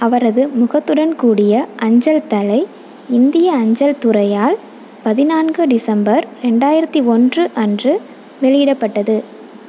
அவரது முகத்துடன் கூடிய அஞ்சல் தலை இந்திய அஞ்சல் துறையால் பதினான்கு டிசம்பர் ரெண்டாயிரத்தி ஒன்று அன்று வெளியிடப்பட்டது